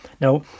Now